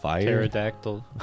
pterodactyl